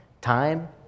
time